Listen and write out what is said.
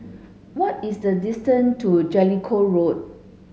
what is the distance to Jellicoe Road